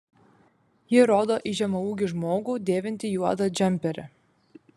ji rodo į žemaūgį žmogų dėvintį juodą džemperį